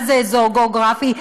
מה זה אזור גיאוגרפי,